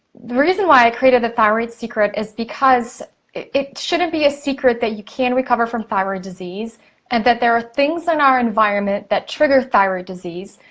the reason why i created the thyroid secret is because it shouldn't be a secret that you can recover from thyroid disease and that there are things in our environment that trigger thyroid disease,